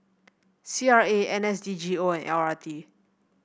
C R A N S D G O and L R T